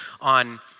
on